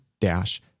dash